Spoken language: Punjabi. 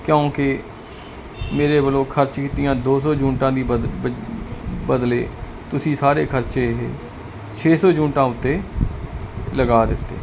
ਕਿਉਂਕਿ ਮੇਰੇ ਵੱਲੋਂ ਖਰਚ ਕੀਤੀਆਂ ਦੋ ਸੌ ਯੂਨਿਟਾਂ ਦੀ ਬਦਲੇ ਤੁਸੀਂ ਸਾਰੇ ਖਰਚੇ ਛੇ ਸੌ ਯੂਨਿਟਾਂ ਉੱਤੇ ਲਗਾ ਦਿੱਤੇ